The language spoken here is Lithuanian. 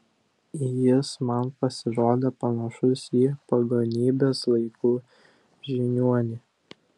jis man pasirodė panašus į pagonybės laikų žiniuonį